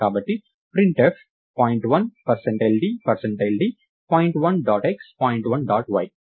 కాబట్టి printf "point 1 d d" point 1 dot xపాయింట్ 1 dot y